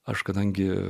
aš kadangi